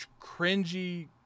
cringy